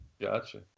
Gotcha